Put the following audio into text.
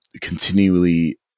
continually-